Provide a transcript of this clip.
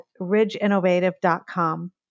ridgeinnovative.com